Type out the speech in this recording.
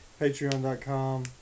patreon.com